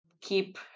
keep